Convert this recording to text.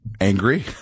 Angry